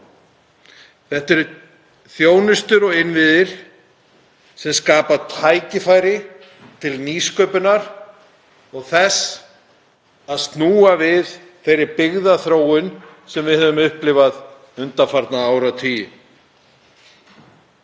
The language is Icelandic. Þetta er þjónusta og innviðir sem skapa tækifæri til nýsköpunar og til að snúa við þeirri byggðaþróun sem við höfum upplifað undanfarna áratugi;